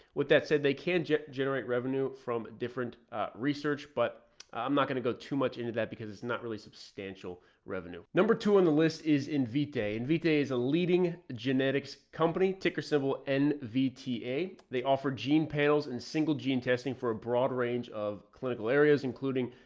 what that said they can generate revenue from different research, but i'm not going to go too much into that because it's not really substantial revenue. number two on the list is in v-day in vta is a leading genetics company, ticker symbol, n v t a. they offer gene panels and single gene testing for a broad range of clinical areas, including,